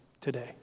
today